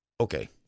Okay